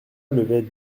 levait